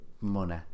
Money